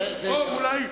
או, אולי,